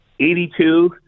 82